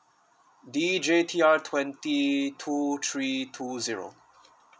D J T R twenty two three two zero